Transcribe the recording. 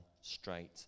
straight